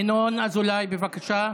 ינון אזולאי, בבקשה.